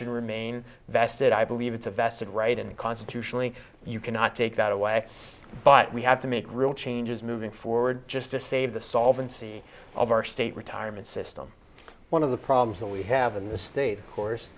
should remain vested i believe it's a vested right and constitutionally you cannot take that away but we have to make real changes moving forward just to save the solvency of our state retirement system one of the problems that we have in the state of course